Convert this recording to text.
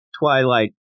Twilight